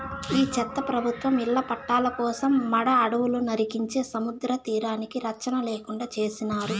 ఈ చెత్త ప్రభుత్వం ఇళ్ల పట్టాల కోసం మడ అడవులు నరికించే సముద్రతీరానికి రచ్చన లేకుండా చేసినారు